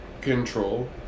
control